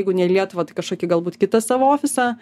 jeigu ne lietuvą tai kažkokį galbūt kitą savo ofisą